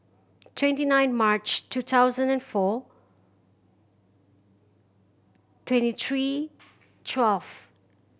twenty nine March two thousand and four twenty three twelve